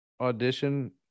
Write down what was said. audition